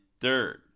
third